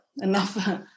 enough